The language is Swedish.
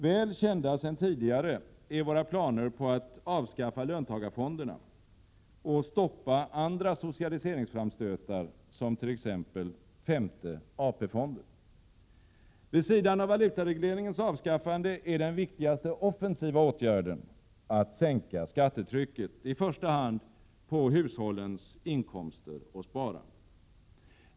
Väl kända sedan tidigare är våra planer på att avskaffa löntagarfonderna och stoppa andra socialiseringsframstötar, t.ex. femte AP-fonden. Vid sidan av valutaregleringens avskaffande är den viktigaste offensiva åtgärden att sänka skattetrycket, i första hand beträffande hushållens inkomster och sparande.